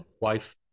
wife